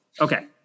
Okay